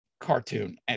cartoon